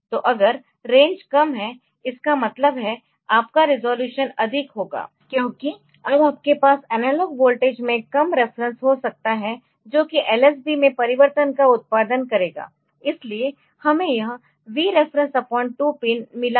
तो अगर रेंज कम है इसका मतलब है आपका रिज़ॉल्यूशन अधिक होगा क्योंकि अब आपके पास एनालॉग वोल्टेज में कम रेफेरेंस हो सकता है जो कि lsb में परिवर्तन का उत्पादन करेगा इसलिए हमें यह Vref 2 पिन मिला है